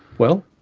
well,